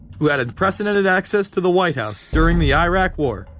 who had unprecedented access to the white house during the iraq war,